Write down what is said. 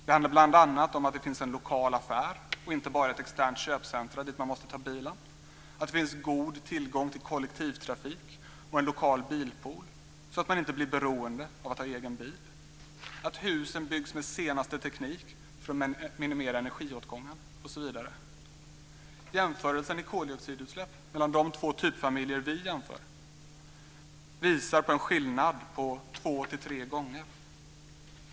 Det handlar bl.a. om att det finns en lokal affär och inte bara ett externt köpcenter dit man måste ta bilen, att det finns god tillgång till kollektivtrafik och en lokal bilpool så att man inte blir beroende av att ha egen bil, att husen byggs med senaste teknik för att minimera energiåtgången, osv. Jämförelsen i fråga om koldioxidutsläpp mellan de två typfamiljer som vi jämför visar på en skillnad på två till tre gånger.